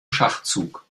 schachzug